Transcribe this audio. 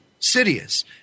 Sidious